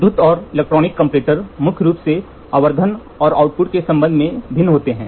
विद्युत और electronic comparator मुख्य रूप से आवर्धन और आउटपुट के संबंध में भिन्न होते हैं